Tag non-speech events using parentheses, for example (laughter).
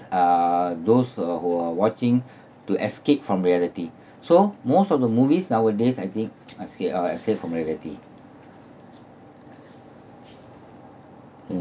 uh those uh who are watching (breath) to escape from reality (breath) so most of the movies nowadays I think escape uh escape from reality mm